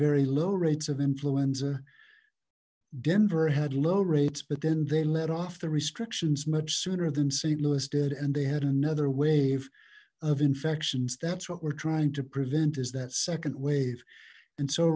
very low rates of influenza denver had low rates but then they let off the restrictions much sooner than saint louis did and they had another wave of infections that's what we're trying to prevent is that second wave and so